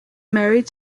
married